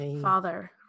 father